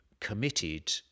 committed